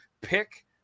pick